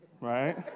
right